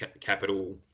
capital